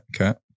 Okay